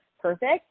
perfect